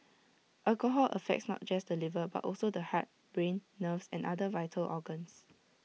alcohol affects not just the liver but also the heart brain nerves and other vital organs